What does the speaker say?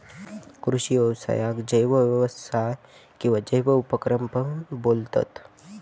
कृषि व्यवसायाक जैव व्यवसाय किंवा जैव उपक्रम पण बोलतत